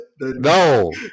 No